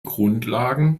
grundlagen